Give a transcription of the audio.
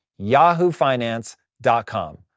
yahoofinance.com